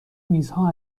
میزها